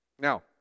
Now